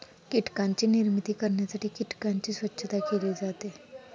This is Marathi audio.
कीटकांची निर्मिती करण्यासाठी कीटकांची स्वच्छता केली जाते